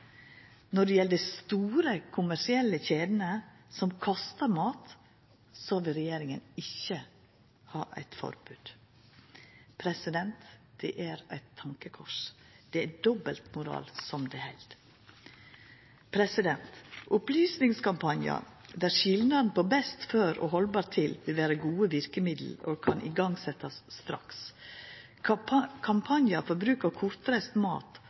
Når det gjeld dei store kommersielle kjedene som kastar mat, så vil regjeringa ikkje ha eit forbod. Det er eit tankekors. Det er dobbeltmoral, som det heiter. Opplysningskampanjar om skilnaden på «best før» og «haldbar til» vil vera gode verkemiddel og kan setjast i gang straks. Kampanjar for bruk av kortreist mat